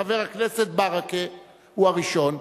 חבר הכנסת ברכה הוא הראשון,